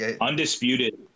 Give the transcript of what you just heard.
undisputed